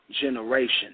generation